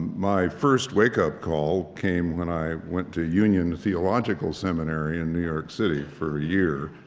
my first wake-up call came when i went to union theological seminary in new york city for a year,